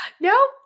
No